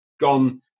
gone